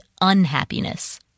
unhappiness